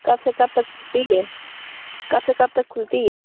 कब से कब तक खुलती है कब से कब तक खुलती है